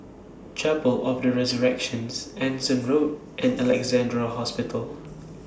Chapel of The Resurrections Anson Road and Alexandra Hospital